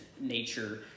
nature